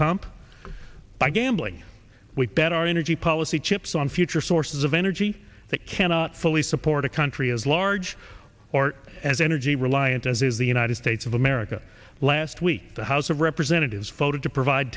pump by gambling we bet our energy policy chips on future sources of energy that cannot fully support a country as large or as energy reliant as is the united states of america last week the house of representatives voted to provide